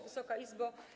Wysoka Izbo!